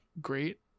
great